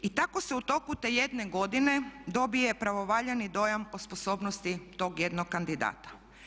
I tako se u toku te jedne godine dobije pravovaljani dojam o sposobnosti tog jednog kandidata.